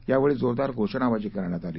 यावेळी जोरदार घोषणाबाजी करण्यात आली